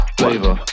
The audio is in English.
flavor